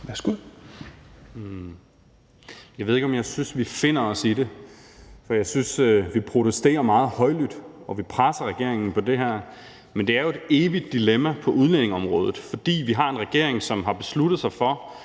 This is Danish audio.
(SF): Jeg ved ikke, om jeg synes, at vi finder os i det. For jeg synes, at vi protesterer meget højlydt, og at vi presser regeringen på det her punkt. Men det er jo et evigt dilemma på udlændingeområdet, fordi vi har en regering, som har besluttet sig for,